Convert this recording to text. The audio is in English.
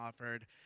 offered